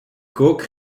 kook